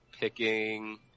picking